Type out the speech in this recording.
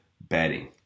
bedding